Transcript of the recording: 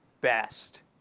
best